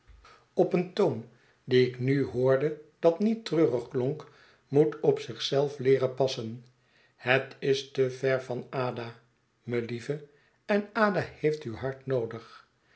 op een een heel goed plan toon dien ik nu hoorde dat niet treurig klonk moet op zich zelf leeren passen het is te ver van ada melieve en ada heeft u hard noodig